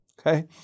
Okay